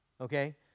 okay